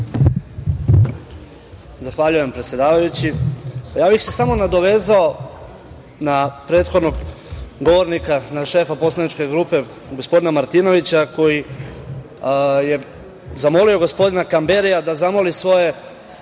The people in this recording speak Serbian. Zahvaljujem predsedavajući. Samo bih se nadovezao na prethodnog govornika, na šefa poslaničke grupe, gospodina Martinovića koji je zamolio gospodina Kamberija da zamoli svoje